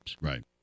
Right